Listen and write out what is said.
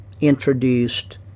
introduced